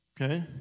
Okay